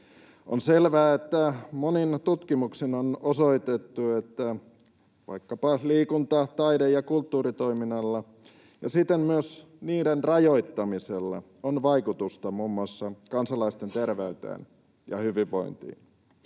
On selvää, että monin tutkimuksin on osoitettu, että vaikkapa liikunta-, taide- ja kulttuuritoiminnalla ja siten myös niiden rajoittamisella on vaikutusta muun muassa kansalaisten terveyteen ja hyvinvointiin.